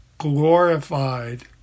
Glorified